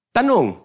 Tanong